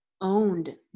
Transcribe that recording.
owned